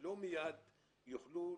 ההצעה לא נתקבלה ותהפוך